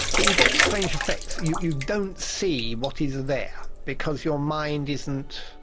but you get strange effects, you you don't see what is ah there because your mind isn't,